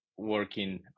working